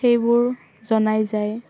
সেইবোৰ জনাই যায়